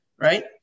right